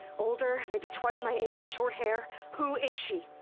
older, maybe twice my age, short hair. who is she?